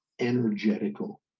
energetical